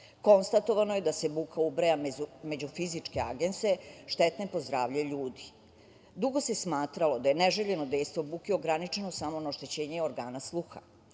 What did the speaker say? Konstatovano je da se buka ubraja među fizičke agense štetne po zdravlje ljudi. Dugo se smatralo da je neželjeno dejstvo buke ograničeno samo na oštećenje organa sluha.